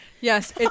Yes